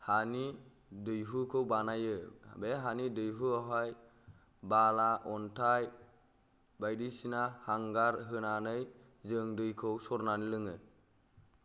हानि दैहुखौ बानायो बे हानि दैहुआवहाय बाला अन्थाय बायदिसिना हांगार होनानै जों दैखौ सरनानै लोङो